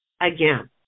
again